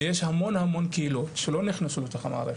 ויש המון המון קהילות שלא נכנסו לתוך המערכת,